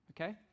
Okay